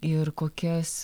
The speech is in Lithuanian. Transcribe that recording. ir kokias